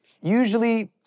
usually